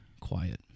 quiet